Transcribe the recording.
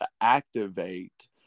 activate